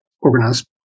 organized